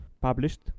published